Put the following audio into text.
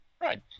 Right